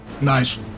Nice